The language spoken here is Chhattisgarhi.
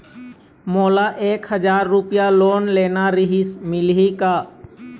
मोला एक हजार रुपया लोन लेना रीहिस, मिलही का?